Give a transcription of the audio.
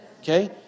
Okay